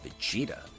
Vegeta